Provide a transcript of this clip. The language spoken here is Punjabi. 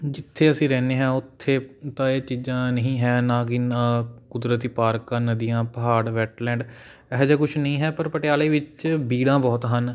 ਜਿੱਥੇ ਅਸੀਂ ਰਹਿੰਦੇ ਹਾਂ ਉੱਥੇ ਤਾਂ ਇਹ ਚੀਜ਼ਾਂ ਨਹੀਂ ਹੈ ਨਾ ਕਿ ਕੁਦਰਤੀ ਪਾਰਕ ਨਦੀਆਂ ਪਹਾੜ ਵੈਟ ਲੈਂਡ ਐਹੇ ਜਿਹਾ ਕੁਛ ਨਹੀਂ ਹੈ ਪਰ ਪਟਿਆਲੇ ਵਿੱਚ ਬੀੜਾਂ ਬਹੁਤ ਹਨ